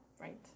Right